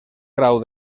grau